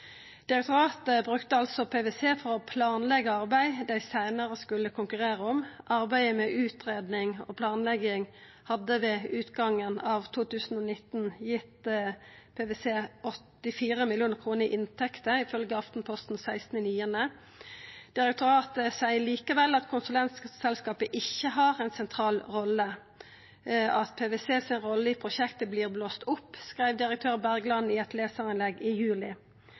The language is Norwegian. Direktoratet brukte altså PwC for å planleggja arbeid som dei seinare skulle konkurrere om. Arbeidet med utgreiing og planlegging hadde ved utgangen av 2019 gitt PwC 84 mill. kr i inntekter, ifølgje Aftenposten 16. september. Direktoratet seier likevel at konsulentselskapet ikkje har ei sentral rolle. «PwCs rolle i prosjektet blir blåst opp,» skreiv direktør Bergland i eit lesarinnlegg i juli.